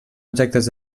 objectes